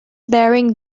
bearing